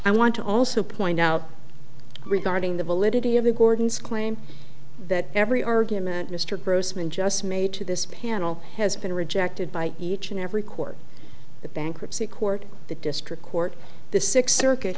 i want to also point out regarding the validity of the gordon's claim that every argument mr grossman just made to this panel has been rejected by each and every court the bankruptcy court the district court the sixth circuit